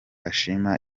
ashima